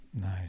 Nice